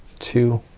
two,